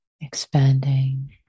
expanding